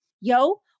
Yo